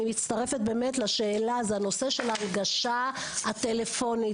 אני מצטרפת לשאלה בנושא של ההנגשה הטלפונית.